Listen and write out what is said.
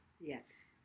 Yes